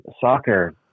Soccer